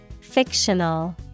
Fictional